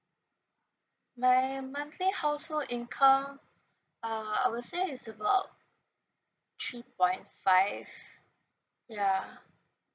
my monthly household in com uh I will say is about three point five yeah ah